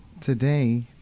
today